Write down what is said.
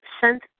sent